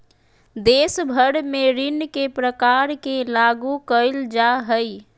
देश भर में ऋण के प्रकार के लागू क़इल जा हइ